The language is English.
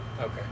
Okay